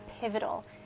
pivotal